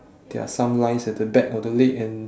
there are some lines at the back of the leg and